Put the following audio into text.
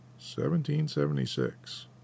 1776